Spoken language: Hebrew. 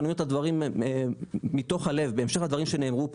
אני אומר את הדברים מתוך הלב בהמשך לדברים שנאמרו פה.